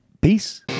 Peace